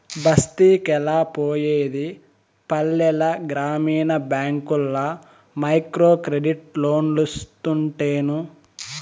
బస్తికెలా పోయేది పల్లెల గ్రామీణ బ్యాంకుల్ల మైక్రోక్రెడిట్ లోన్లోస్తుంటేను